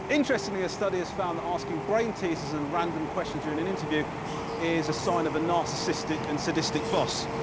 interestingly, a study has found that asking brainteasers and random questions during an interview is a sign of a narcissistic and sadistic boss.